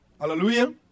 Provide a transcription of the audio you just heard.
Hallelujah